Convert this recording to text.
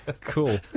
Cool